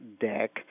deck